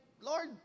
Lord